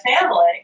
family